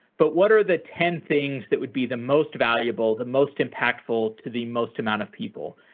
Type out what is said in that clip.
but what are the ten things that would be the most valuable, the most impactful to the most amount of people?